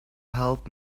help